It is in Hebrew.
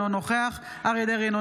אינו נוכח אריה מכלוף דרעי,